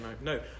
No